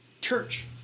church